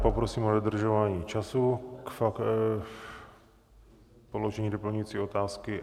Poprosím o dodržování času k položení doplňující otázky.